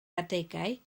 adegau